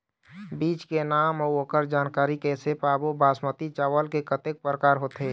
बीज के नाम अऊ ओकर जानकारी कैसे पाबो बासमती चावल के कतेक प्रकार होथे?